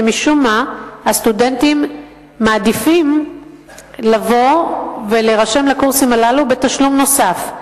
ומשום מה הסטודנטים מעדיפים לבוא לקורסים האלה בתשלום נוסף.